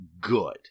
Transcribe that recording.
good